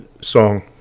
song